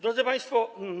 Drodzy Państwo!